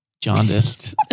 jaundiced